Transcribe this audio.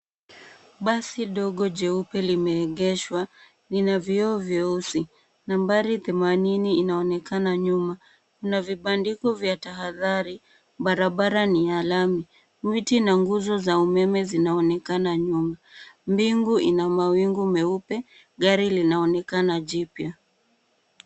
Basi dogo jeupe limeegeshwa. Lina vioo vyeusi. Nambari themanini inaonekana nyuma na vibandiko vya tahadhari .Barabara ni ya lami. Miti na nguzo za umeme zinaonekana nyuma. mbingu ina mawingu meupe. Gari linaonekana jipya.